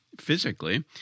physically